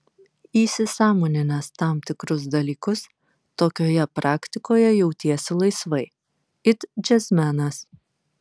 įsisąmoninęs tam tikrus dalykus tokioje praktikoje jautiesi laisvai it džiazmenas